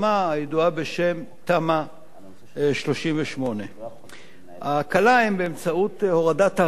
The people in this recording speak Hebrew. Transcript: הידועה בשם תמ"א 38. ההקלה היא באמצעות הורדת הרף